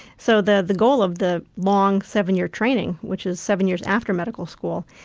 so the the goal of the long seven year training, which is seven years after medical school,